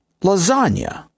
lasagna